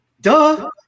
Duh